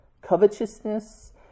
covetousness